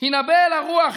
"הִנָבֵא אל הרוח,